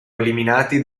eliminati